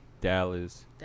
Dallas